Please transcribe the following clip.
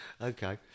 Okay